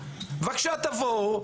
בבקשה תבואו,